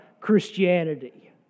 Christianity